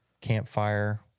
campfire